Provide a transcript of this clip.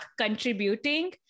contributing